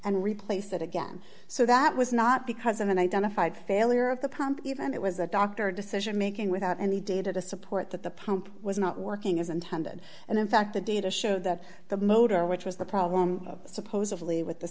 and replace it again so that was not because of an identified failure of the pump even it was a doctor decision making without any data to support that the pump was not working as intended and in fact the data showed that the motor which was the problem supposedly with the